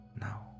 now